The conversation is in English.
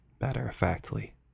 matter-of-factly